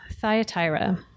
Thyatira